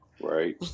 right